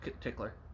tickler